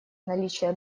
наличие